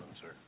sir